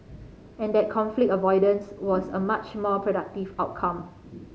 and that conflict avoidance was a much more productive outcome